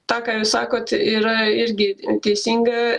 tą ką jūs sakot yra irgi teisinga